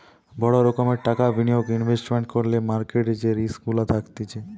বড় রোকোমের টাকা বিনিয়োগ ইনভেস্টমেন্ট করলে মার্কেট যে রিস্ক গুলা থাকতিছে